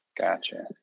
gotcha